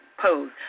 pose